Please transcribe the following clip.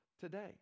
today